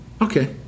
Okay